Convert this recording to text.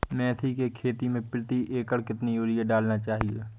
मेथी के खेती में प्रति एकड़ कितनी यूरिया डालना चाहिए?